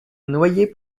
noyers